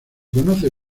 conoce